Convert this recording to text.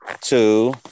two